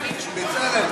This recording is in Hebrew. בצלאל,